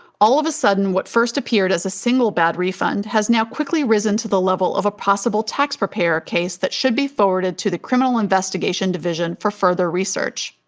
all of a sudden what first appeared as a single bad refund has now quickly risen to the level of a possible tax preparer case that should be forwarded to the criminal investigation division for further research.